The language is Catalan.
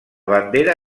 bandera